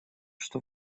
что